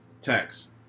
Text